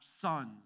sons